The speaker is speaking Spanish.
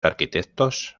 arquitectos